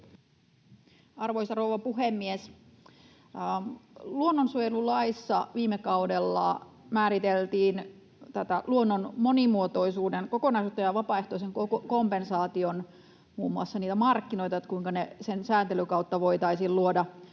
Arvoisa rouva puhemies! Luonnonsuojelulaissa viime kaudella määriteltiin luonnon monimuotoisuuden kokonaisuutta ja muun muassa vapaaehtoisen kompensaation markkinoita: kuinka sääntelyn kautta voitaisiin luoda